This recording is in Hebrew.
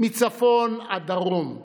מצפון עד דרום,